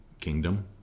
kingdom